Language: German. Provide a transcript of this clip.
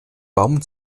baum